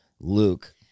Luke